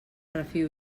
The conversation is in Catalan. refio